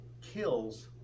kills